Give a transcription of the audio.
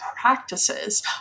practices